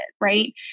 right